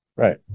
Right